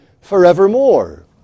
forevermore